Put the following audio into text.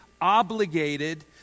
obligated